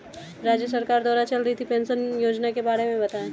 राज्य सरकार द्वारा चल रही पेंशन योजना के बारे में बताएँ?